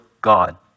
God